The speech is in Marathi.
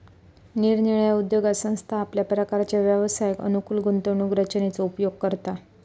निरनिराळ्या उद्योगात संस्था आपल्या प्रकारच्या व्यवसायास अनुकूल गुंतवणूक रचनेचो उपयोग करता